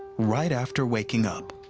right after waking up.